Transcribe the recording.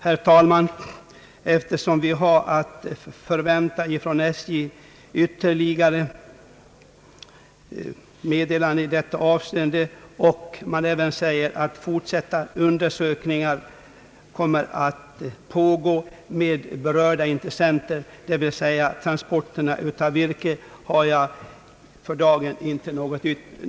Herr talman. Eftersom vi har att från SJ förvänta ytterligare meddelande i detta ärende och utskottet framhåller att fortsatta undersökningar pågår med berörda intressenter, dvs. virkestransportörerna, har jag för dagen inte något yrkande.